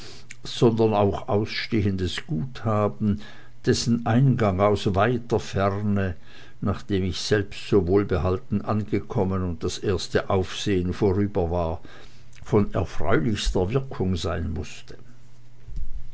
sondern auch ausstehendes guthaben dessen eingang aus weiter ferne nachdem ich selbst so wohlbehalten angekommen und das erste aufsehen vorüber war von erfreulichster wirkung sein mußte